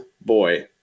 boy